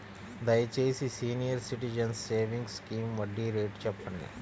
దయచేసి senior citizens savings scheme వడ్డీ rate చెప్పండి